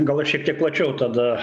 gal aš šiek tiek plačiau tada